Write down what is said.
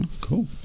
Cool